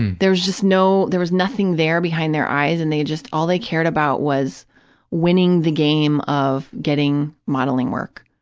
there was just no, there was nothing there behind their eyes, and they just, all they cared about was winning the game of getting modeling work.